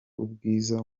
ubwiza